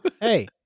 Hey